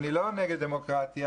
אני לא נגד דמוקרטיה.